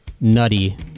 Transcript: nutty